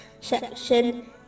section